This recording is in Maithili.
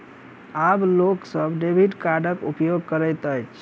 आब लोक सभ डेबिट कार्डक उपयोग करैत अछि